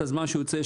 את הזמן שיוצא,